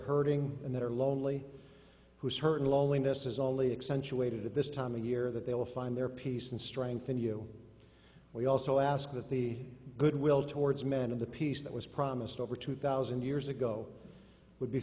hurting and they're lonely whose hurt and loneliness is only accentuated at this time of year that they will find their peace and strength in you we also ask that the good will towards men of the peace that was promised over two thousand years ago would be